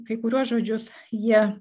kai kuriuos žodžius jie